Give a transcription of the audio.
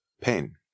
pain